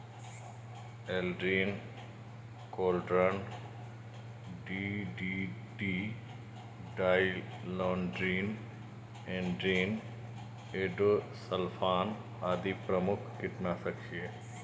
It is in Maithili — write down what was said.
Aldrin, chlordane, DDT, dieldrin, endrin, endosulfan आदि प्रमुख कीटनाशक छियै